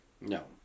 No